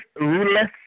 rulers